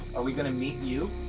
are we going to meet you?